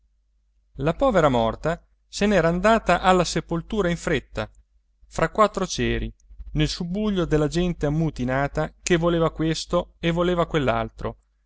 la povera morta se n'era andata alla sepoltura in fretta fra quattro ceri nel subbuglio della gente ammutinata che voleva questo e voleva